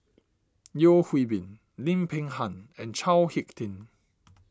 Yeo Hwee Bin Lim Peng Han and Chao Hick Tin